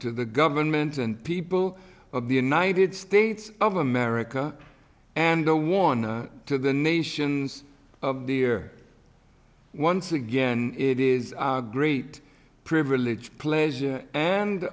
to the government and people of the united states of america and no one to the nations of the year once again it is a great privilege pleasure and